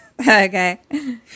Okay